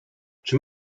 czy